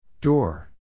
Door